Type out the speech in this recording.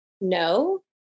No